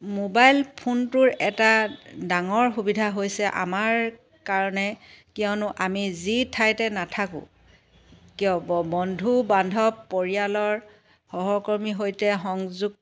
mobile ফোনটোৰ এটা ডাঙৰ সুবিধা হৈছে আমাৰ কাৰণে কিয়নো আমি যি ঠাইতে নাথাকো কিয় বন্ধু বান্ধৱ পৰিয়ালৰ সহকৰ্মীৰ সৈতে সংযোগ